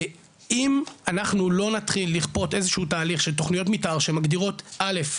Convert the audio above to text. ואם אנחנו לא נתחיל לכפות איזה שהוא תהליך של תכניות מתאר שמגדירות א',